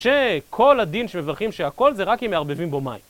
שכל הדין שמברכים שהכל זה רק אם מערבבים בו מים.